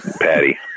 patty